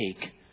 Take